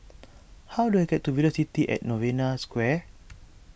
how do I get to Velocity at Novena Square